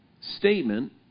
statement